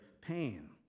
pain